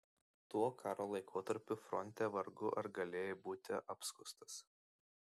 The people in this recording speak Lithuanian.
tuo karo laikotarpiu fronte vargu ar galėjai būti apskųstas